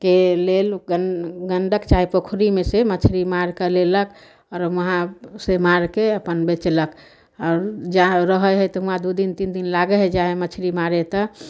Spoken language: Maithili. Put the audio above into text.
के लेल गंडक चाहे पोखरिमे सऽ मछली मारिके लेलक आओर वहाँ सोमवारके अपन बेचलक आओर जहाँ रहै है तऽ हुवाँ दू दिन तीन दिन लागै हइ जाइ हइ मछली मारै है तऽ